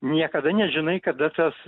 niekada nežinai kada tas